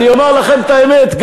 אני אומר לכם את האמת,